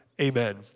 Amen